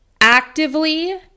actively